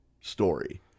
story